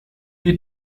wir